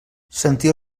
sentia